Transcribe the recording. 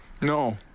No